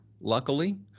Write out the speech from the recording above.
Luckily